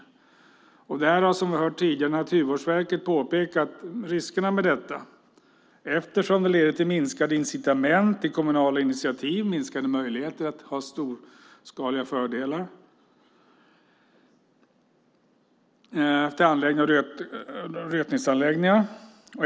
Naturvårdsverket har, som vi tidigare har hört, påpekat riskerna med avregleringsförslaget eftersom det leder till minskade incitament till kommunala initiativ och minskade möjligheter att få storskaliga fördelar när det gäller anläggning av rötningsanläggningar.